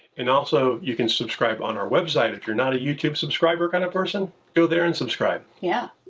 and also, you can subscribe on our website. if you're not a youtube subscriber kind of person, go there and subscribe. yeah.